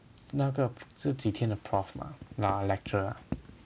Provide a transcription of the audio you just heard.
那个这几天的 prof mah 那 lecturer